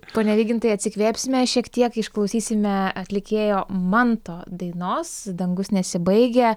pone vygintai atsikvėpsime šiek tiek išklausysime atlikėjo manto dainos dangus nesibaigia